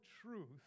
truth